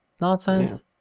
nonsense